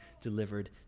delivered